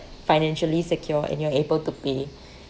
financially secure and you're able to pay